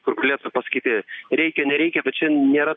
kur galėtų pasakyti reikia nereikia bet čia nėra